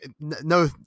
no